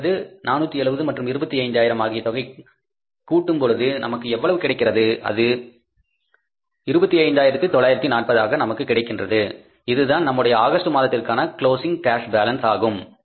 470 470 மற்றும் 25000 ஆகிய தொகை கூட்டும் பொழுது நமக்கு எவ்வளவு கிடைக்கின்றது அது 25940 ஆக நமக்கு கிடைக்கின்றது இதுதான் நம்முடைய ஆகஸ்ட் மாதத்திற்கான க்ளோஸிங் கேஷ் பாலன்ஸ் ஆகும்